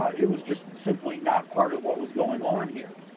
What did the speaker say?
ah it was just simply not part of what was going on here.